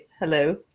Hello